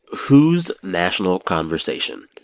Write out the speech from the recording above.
whose national conversation.